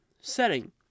setting